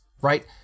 right